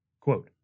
Quote